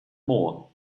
more